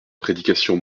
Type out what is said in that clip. prédication